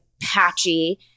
patchy